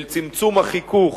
של צמצום החיכוך,